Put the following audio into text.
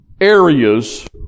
areas